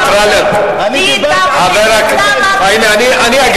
אני דיברתי על חבר הכנסת גאלב, פאינה,